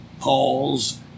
Paul's